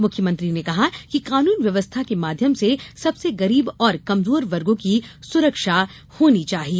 मुख्यमंत्री ने कहा कि कानून व्यवस्था के माध्यम से सबसे गरीब और कमजोर वर्गों की सुरक्षा होनी चाहिए